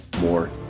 more